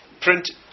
print